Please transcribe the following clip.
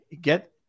get